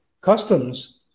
customs